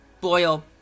boil